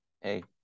Hey